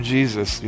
Jesus